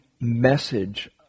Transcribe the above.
message